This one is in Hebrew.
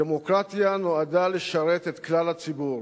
דמוקרטיה נועדה לשרת את כלל הציבור,